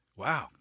Wow